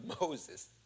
Moses